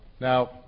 Now